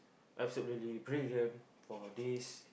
absolutely brilliant for this